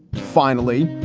finally,